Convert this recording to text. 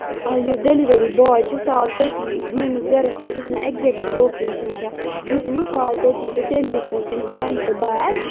یُس delivery boy چھُ سُہ آو تٔتی میٲنِس گرَس نِش یۄس ایٚکزیکٹ لوکیشن چھےٚ دِژمٕژ سُہ آو تٔتۍ تہٕ تٔمۍ دِتۍ مےٚ تِم پینٹ تہٕ بیگ